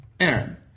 Aaron